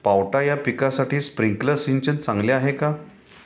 पावटा या पिकासाठी स्प्रिंकलर सिंचन चांगले आहे का?